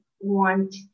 want